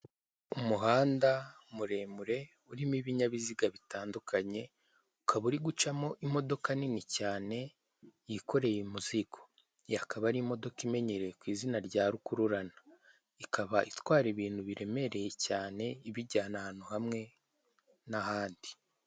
umuhanda muremure urimo ibinyabiziga bitandukanye ukaba urigucamo imodoka nini cyane yikorera imizigo, iyi ikaba ari imodoka imenyerewe ku'izina rya rukururana ikaba itwara ibintu biremereye cyane ibijyana akantu hamwe nahandi